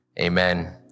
Amen